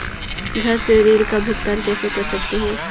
घर से ऋण का भुगतान कैसे कर सकते हैं?